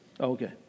Okay